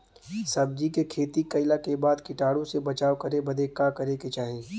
सब्जी के खेती कइला के बाद कीटाणु से बचाव करे बदे का करे के चाही?